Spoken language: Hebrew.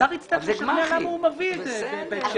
השר יצטרך לשכנע למה הוא מביא את זה בהקשר הזה.